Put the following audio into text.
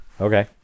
Okay